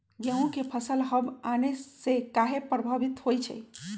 गेंहू के फसल हव आने से काहे पभवित होई छई?